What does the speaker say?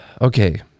Okay